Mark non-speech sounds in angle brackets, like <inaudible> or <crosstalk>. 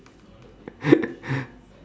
<laughs>